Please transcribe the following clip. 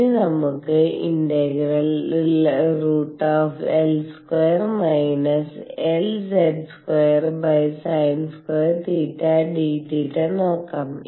ഇനി നമുക്ക് L2 LZ2sin2d നോക്കാം